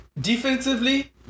defensively